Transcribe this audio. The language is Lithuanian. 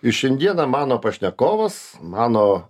ir šiandieną mano pašnekovas mano